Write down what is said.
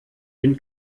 bin